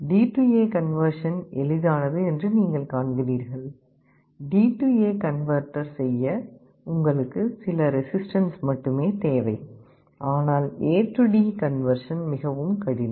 DA DA conversion எளிதானது என்று நீங்கள் காண்கிறீர்கள் டிஏ கன்வெர்ட்டர் செய்ய உங்களுக்கு சில ரெசிஸ்டன்ஸ் மட்டுமே தேவை ஆனால் ஏடி கன்வெர்சன் மிகவும் கடினம்